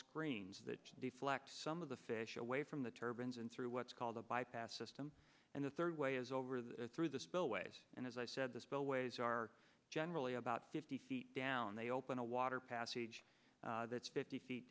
screens that deflect some of the fish away from the turbans and through what's called the bypass system and the third way is over the through the spillways and as i said the spillways are generally about fifty feet down they open a water passage that's fifty feet